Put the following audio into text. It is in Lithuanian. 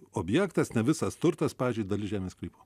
objektas ne visas turtas pavyzdžiui dalis žemės sklypo